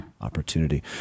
opportunity